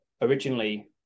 originally